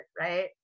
right